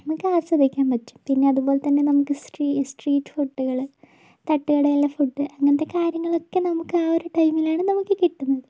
നമുക്കാസ്വദിക്കാൻ പറ്റും പിന്നെ അതുപോലെത്തന്നെ നമുക്ക് സ്ട്രീ സ്ട്രീറ്റ് ഫുഡുകള് തട്ടുകടേലെ ഫുഡ് അങ്ങനെത്തെ കാര്യങ്ങളൊക്കെ നമുക്ക് ആ ഒരു ടൈമിലാണ് നമുക്ക് കിട്ടുന്നത്